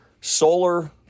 solar